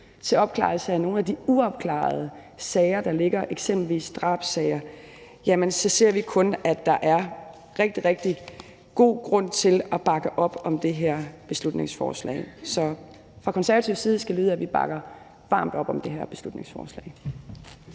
til opklaring af nogle af de uafklarede sager, der ligger, eksempelvis drabssager, og så ser vi kun, at der er rigtig, rigtig god grund til at bakke op om det her beslutningsforslag. Så fra Konservatives side skal det lyde, at vi bakker varmt op om det her beslutningsforslag.